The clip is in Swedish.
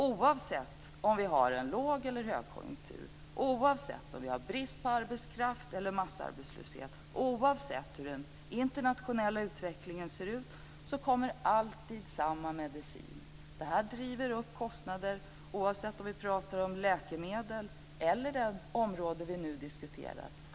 Oavsett om vi har en låg eller en högkonjunktur, oavsett om vi har brist på arbetskraft eller massarbetslöshet och oavsett hur den internationella utvecklingen ser ut kommer alltid samma medicin. Detta driver upp kostnaderna, oavsett om det gäller läkemedel eller det område som vi nu diskuterar.